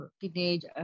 teenage